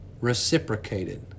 reciprocated